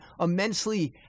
immensely